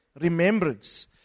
remembrance